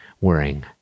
wearing